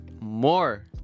more